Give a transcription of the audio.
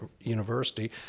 university